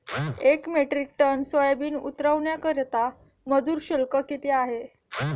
एक metric ton soybean उतरवण्याकरता मजूर शुल्क किती आहे?